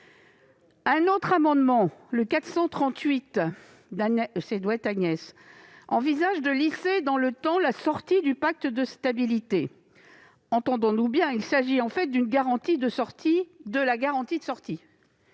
dans un instant, vise pour sa part à lisser dans le temps la sortie du pacte de stabilité. Entendons-nous bien : il s'agit en fait d'une garantie de sortie de la garantie de sortie